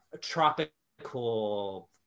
tropical